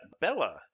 Bella